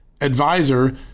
advisor